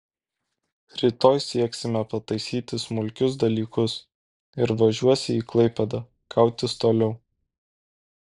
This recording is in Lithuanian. rytoj sieksime pataisyti smulkius dalykus ir važiuosi į klaipėdą kautis toliau